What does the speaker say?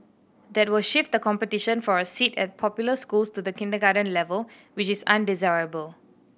that will shift the competition for a seat at popular schools to the kindergarten level which is undesirable